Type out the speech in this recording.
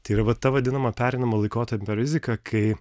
tai yra va ta vadinama pereinamojo laikotarpio rizika kai